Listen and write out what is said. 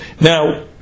Now